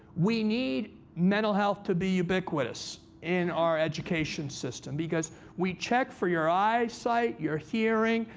we need mental health to be ubiquitous in our education system. because we check for your eyesight, your hearing,